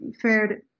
fared